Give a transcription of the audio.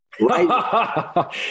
right